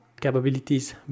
capabilities